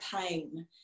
pain